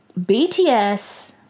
BTS